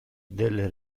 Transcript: della